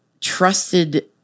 trusted